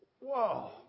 Whoa